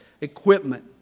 equipment